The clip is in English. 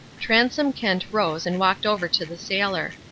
transome kent rose and walked over to the sailor.